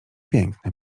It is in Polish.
piękne